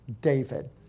David